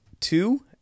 two